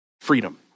Freedom